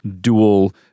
dual